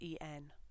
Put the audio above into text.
en